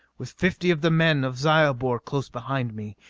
with fifty of the men of zyobor close behind me.